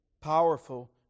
powerful